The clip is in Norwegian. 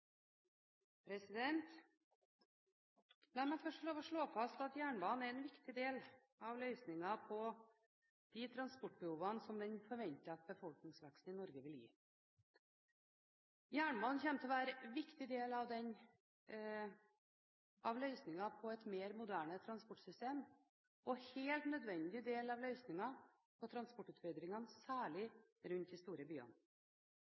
La meg først få lov til å slå fast at jernbanen er en viktig del av løsningen på de transportbehovene den forventede befolkningsveksten i Norge vil gi. Jernbanen kommer til å være en viktig del av løsningen på et mer moderne transportsystem og en helt nødvendig del av løsningen på